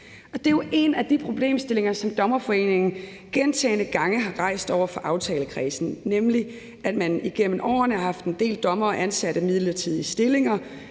Det er jo en af de problemstillinger, som Dommerforeningen gentagne gange har rejst over for aftalekredsen, nemlig at man igennem årene har haft en del dommere ansat i midlertidige stillinger,